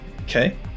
Okay